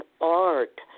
art